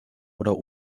oder